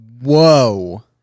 Whoa